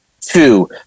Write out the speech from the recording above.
two